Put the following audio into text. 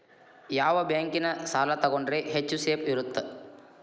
ಯಾವ ಬ್ಯಾಂಕಿನ ಸಾಲ ತಗೊಂಡ್ರೆ ಹೆಚ್ಚು ಸೇಫ್ ಇರುತ್ತಾ?